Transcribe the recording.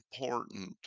important